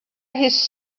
his